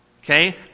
Okay